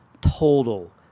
total